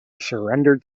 surrendered